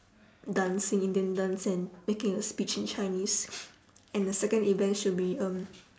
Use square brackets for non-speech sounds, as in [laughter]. dancing indian dance and making a speech in chinese [noise] and the second event should be um